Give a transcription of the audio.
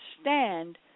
stand